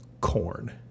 Corn